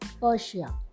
Persia